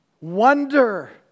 wonder